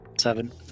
Seven